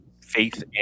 faith